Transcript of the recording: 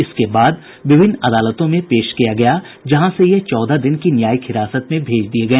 इसके बाद विभिन्न अदालतों में पेश किया गया जहां से ये चौदह दिन की न्यायिक हिरासत में भेज दिए गए